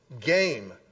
game